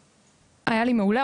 היה לי מעולה,